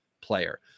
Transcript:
player